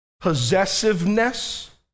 possessiveness